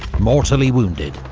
mortally wounded,